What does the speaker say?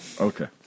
Okay